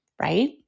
Right